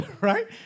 right